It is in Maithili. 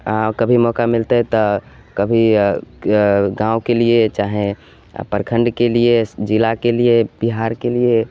आओर कभी मौका मिलतै तऽ कभी गामके लिए चाहे प्रखण्डके लिए जिलाके लिए बिहारके लिए